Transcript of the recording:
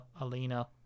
Alina